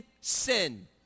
sin